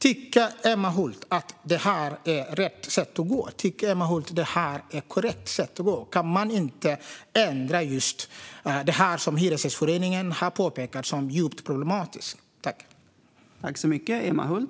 Tycker Emma Hult att det är rätt väg att gå och det korrekta sättet att agera? Kan man inte ändra just detta, som Hyresgästföreningen har påpekat är djupt problematiskt?